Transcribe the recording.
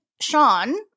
Sean